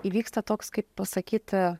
įvyksta toks kaip pasakyt